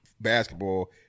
basketball